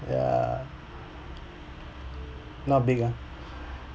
ya not big ah